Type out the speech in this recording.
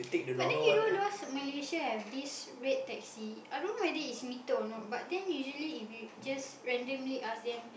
but then you know those Malaysia have these red taxi I don't know whether is meter is or not but then usually if you just randomly ask them